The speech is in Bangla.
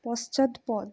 পশ্চাৎপদ